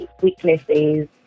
weaknesses